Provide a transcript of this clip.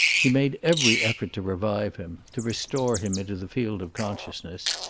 he made every effort to revive him, to restore him into the field of consciousness,